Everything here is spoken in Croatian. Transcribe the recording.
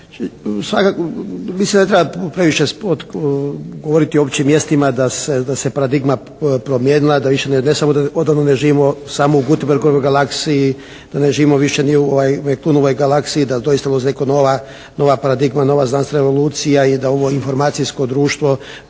Svakako, mislim ne treba previše govoriti o općim mjestima da se paradigma promijenila, da više ne samo da odavno ne živimo samo u Gutenbergovoj galaksiji, da ne živimo više ni u Klunoboj galaksiji, da doista … /Govornik se ne razumije./ … nova paradigma, nova znanstvena evolucija i da ovo informacijsko društvo